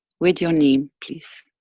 with your name please.